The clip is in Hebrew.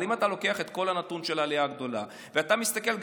אבל אם אתה לוקח את כל הנתון של העלייה הגדולה ואתה מסתכל,